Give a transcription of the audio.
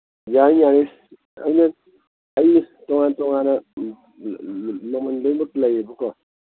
ꯌꯥꯅꯤ ꯌꯥꯅꯤ ꯑꯩ ꯇꯣꯉꯥꯟ ꯇꯣꯉꯥꯟꯅ ꯃꯃꯟ ꯂꯣꯏꯃꯛ ꯂꯩꯌꯦꯕꯀꯣ